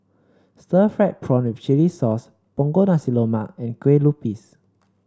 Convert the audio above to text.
Stir Fried Prawn with Chili Sauce Punggol Nasi Lemak and Kueh Lupis